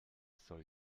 soll